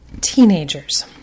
teenagers